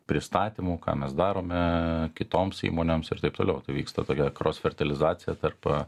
pristatymų ką mes darome kitoms įmonėms ir taip toliau tai vyksta tokia kros virtualizacija tarp